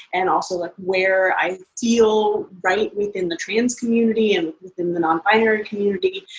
and also ah where i feel right within the trans community and within the non-binary community.